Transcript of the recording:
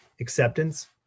acceptance